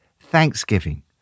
Thanksgiving